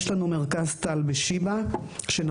יש לנו ב-׳שיבא׳ את מרכז טל,